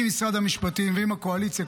עם משרד המשפטים ועם הקואליציה,